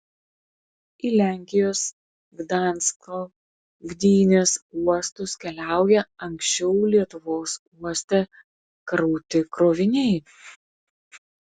į lenkijos gdansko gdynės uostus keliauja anksčiau lietuvos uoste krauti kroviniai